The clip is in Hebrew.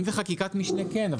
אם זה חקיקת משנה כן,